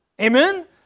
Amen